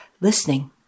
listening